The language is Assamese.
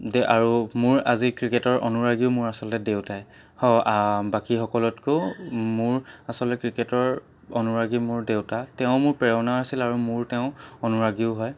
দে আৰু মোৰ আজি ক্ৰিকেটৰ অনুৰাগীও মোৰ আচলতে দেউতাই হ বাকী সকলোতকৈ মোৰ আচলতে ক্ৰিকেটৰ অনুৰাগী মোৰ দেউতা তেওঁ মোৰ প্ৰেৰণা আছিল আৰু মোৰ তেওঁ অনুৰাগীও হয়